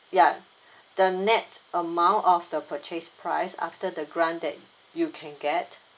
ya the net amount of the purchase price after the grant that you can get